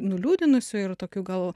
nuliūdinusių ir tokių gal